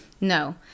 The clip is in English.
No